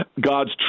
God's